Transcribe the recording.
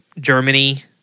Germany